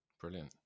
Brilliant